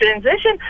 transition